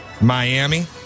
Miami